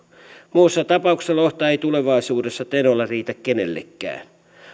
muussa tapauksessa lohta ei tulevaisuudessa tenolla riitä kenellekään